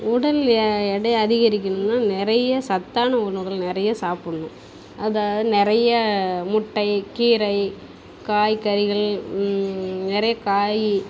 உடல் எ எடையை அதிகரிக்கணுன்னா நிறைய சத்தான உணவுகள் நிறைய சாப்புடணும் அதாவுது நிறைய முட்டை கீரை காய்கறிகள் நிறைய காய்